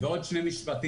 עוד שני משפטים.